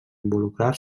involucrar